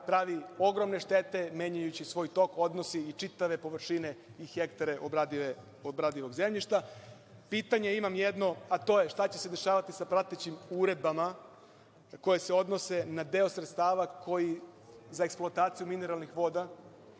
pravi ogromne štete, menjajući svoj tok odnosi i čitave površine i hektare obradivog zemljišta. Pitanje imam jedno, a to je – šta će se dešavati sa pratećim uredbama koje se odnose na deo sredstava za eksploataciju mineralnih voda,